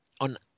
on